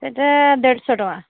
ସେଇଟା ଦେଢ଼ଶହ ଟଙ୍କା